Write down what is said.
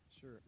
Sure